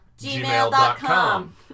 Gmail.com